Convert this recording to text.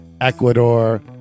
Ecuador